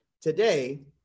Today